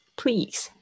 please